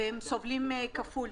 הם סובלים כפליים,